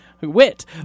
wit